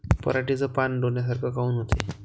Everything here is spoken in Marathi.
पराटीचे पानं डोन्यासारखे काऊन होते?